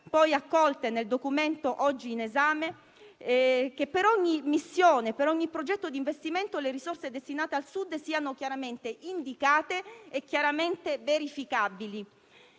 poi accolte nel documento oggi in esame - che per ogni missione, per ogni progetto di investimento, le risorse destinate al Sud siano chiaramente indicate e chiaramente verificabili.